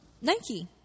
Nike